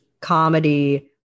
comedy